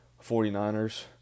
49ers